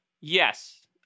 Yes